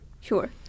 Sure